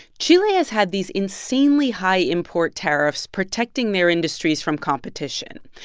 chile has had these insanely high import tariffs protecting their industries from competition.